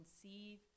conceive